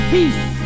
Peace